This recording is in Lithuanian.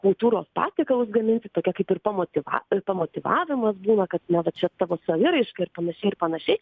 kultūros patiekalus gaminsi tokia kaip ir pamotyva pamotyvavimas būna kad na va čia tavo saviraiška ir panašiai ir panašiai